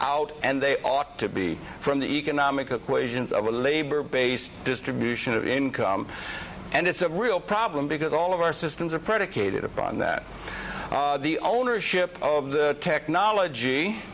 out and they ought to be from the economic equations of a labor based distribution of income and it's a real problem because all of our systems are predicated upon that the ownership of the technology